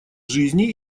жизней